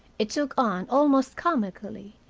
it took on, almost comically,